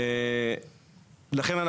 לכן,